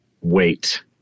wait